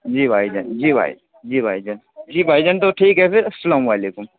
جی بھائی جان جی بھائی جی بھائی جان جی بھائی جان تو ٹھیک ہے پھر السّلام علیكم